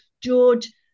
George